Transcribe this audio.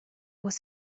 was